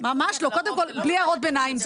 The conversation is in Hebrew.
קודם כל בלי הערות ביניים.